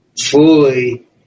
fully